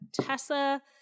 Tessa